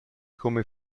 come